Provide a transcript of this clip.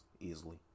easily